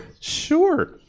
Sure